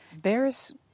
bears